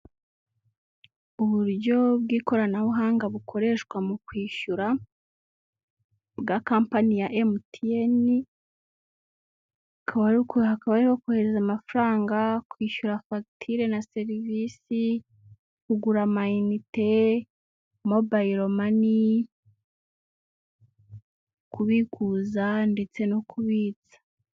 Uburyo bw'ikoranabuhanga bukoreshwa mu kwishyura, bwa kampani ya MTN, hakaba hariho kohereza amafaranga, kwishyura fagitire na serivisi, kugura Amayinite, Mobile money, kubikuza, ndetse no kubitsa.